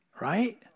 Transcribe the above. right